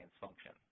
function